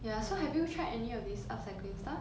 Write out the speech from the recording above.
ya so have you tried any of these up-cycling stuff